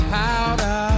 powder